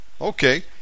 Okay